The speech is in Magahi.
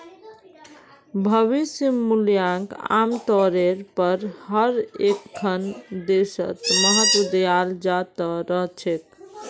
भविष्य मूल्यक आमतौरेर पर हर एकखन देशत महत्व दयाल जा त रह छेक